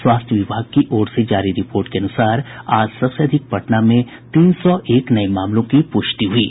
स्वास्थ्य विभाग की ओर से जारी रिपोर्ट के अनुसार आज सबसे अधिक पटना में तीन सौ एक नये मामलों की पुष्टि हुई है